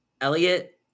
Elliot